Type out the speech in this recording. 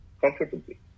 Comfortably